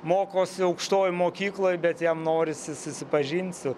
mokosi aukštojoj mokykloj bet jam norisi susipažint su